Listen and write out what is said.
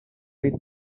with